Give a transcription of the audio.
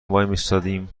وایمیستادیم